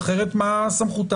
אחרת מה סמכותם?